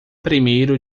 primeiro